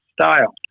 style